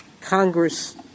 Congress